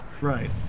Right